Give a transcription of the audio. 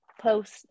post